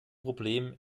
problem